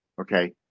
Okay